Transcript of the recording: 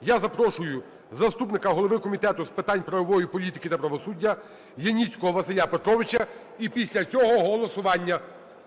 я запрошую заступника голови Комітету з питань правової політики та правосуддя Яніцького Василя Петровича. І після цього голосування.